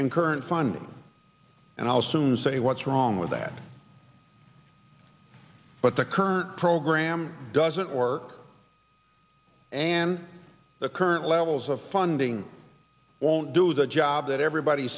and current funding and i'll soon say what's wrong with that but the current program doesn't work and the current levels of funding won't do the job that everybody